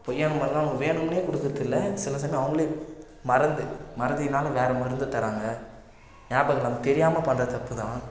பொய்யான மருந்தெலாம் அவங்க வேணும்ன்னே கொடுக்குறதில்ல சில சமயம் அவங்களே மறந்து மறதியினால் வேறு மருந்து தராங்க ஞாபகமில்லாமல் தெரியாமல் பண்ணுற தப்புதான்